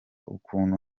ukuntu